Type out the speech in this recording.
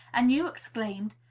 and you exclaimed,